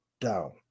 down